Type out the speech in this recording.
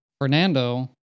Fernando